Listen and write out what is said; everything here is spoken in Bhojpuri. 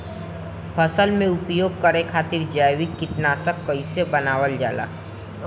फसल में उपयोग करे खातिर जैविक कीटनाशक कइसे बनावल जाला?